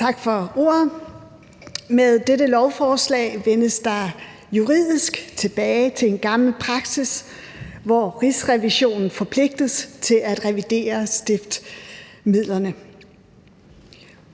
Tak for ordet. Med dette lovforslag vender man juridisk tilbage til en gammel praksis, hvor Rigsrevisionen forpligtes til at revidere stiftsmidlerne.